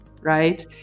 right